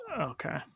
okay